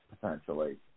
potentially